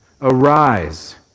arise